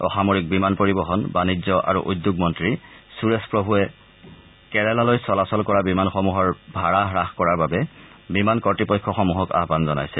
অসামৰিক বিমান পৰিবহণ বাণিজ্য আৰু উদ্যোগ মন্ত্ৰী সুৰেশ প্ৰভুৱে কেৰালালৈ চলাচল কৰা বিমানসমূহৰ ভাড়া হ্ৰাস কৰাৰ বাবে বিমান কৰ্ডপক্ষসমূহক আহ্বান জনাইছে